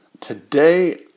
Today